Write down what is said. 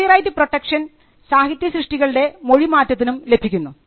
copy right protection സാഹിത്യ സൃഷ്ടികളുടെ മൊഴിമാറ്റത്തിനും ലഭിക്കുന്നു